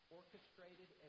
orchestrated